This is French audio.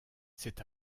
c’est